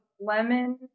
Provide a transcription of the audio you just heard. Lemon